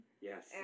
Yes